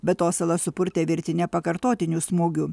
be to salas supurtė virtinė pakartotinių smūgių